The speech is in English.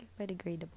biodegradable